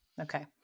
Okay